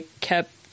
kept